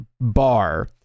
bar